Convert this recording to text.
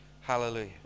Hallelujah